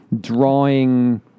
drawing